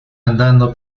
andando